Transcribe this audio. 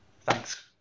Thanks